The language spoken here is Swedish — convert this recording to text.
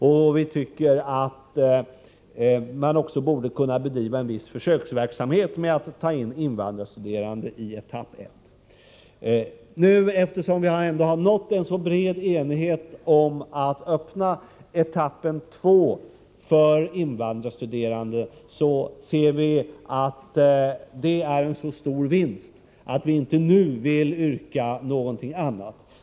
Man borde också kunna bedriva en viss försöksverksamhet med att ta in invandrarstuderande i etapp 1. Eftersom man ändå har nått en så bred enighet om att öppna etapp 2 för invandrarstuderande, anser vi det vara en så stor vinst att vi inte nu vill yrka på någonting annat.